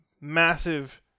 massive